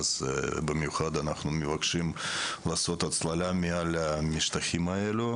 ואנחנו מבקשים במיוחד לעשות הצללה מעל המשטחים האלה.